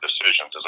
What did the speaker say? decisions